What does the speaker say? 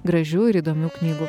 gražių ir įdomių knygų